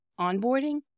onboarding